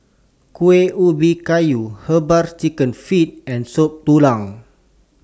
Kuih Ubi Kayu Herbal Chicken Feet and Soup Tulang